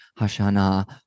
Hashanah